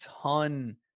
ton